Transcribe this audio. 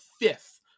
fifth